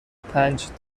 پنج